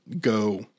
go